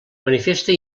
manifesta